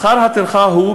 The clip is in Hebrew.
שכר הטרחה הוא,